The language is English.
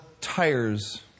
tires